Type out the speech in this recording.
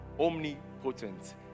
omnipotent